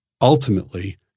ultimately